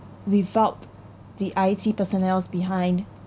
without the I_T personnel behind